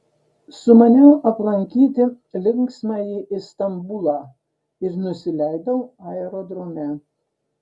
sumaniau aplankyti linksmąjį istambulą ir nusileidau aerodrome